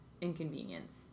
inconvenience